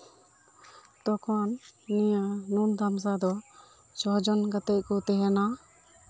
ᱛᱚᱠᱷᱚᱱ ᱱᱤᱭᱟᱹ ᱢᱩᱠ ᱫᱷᱟᱢᱥᱟ ᱫᱚ ᱪᱷᱚ ᱡᱚᱱ ᱠᱟᱛᱮᱫ ᱠᱚ ᱛᱟᱦᱮᱱᱟ